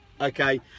okay